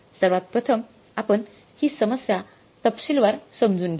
सर्वात प्रथम आपण हि समस्या तपशीलवार समजून घेऊ